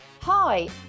Hi